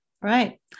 Right